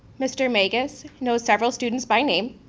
mr. magus knows several students by name.